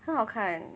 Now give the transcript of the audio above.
很好看